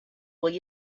will